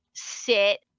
sit